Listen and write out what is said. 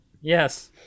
yes